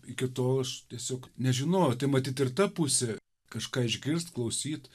iki tol aš tiesiog nežinojau tai matyt ir ta pusė kažką išgirst klausyt